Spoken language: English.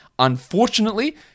unfortunately